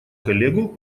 коллегу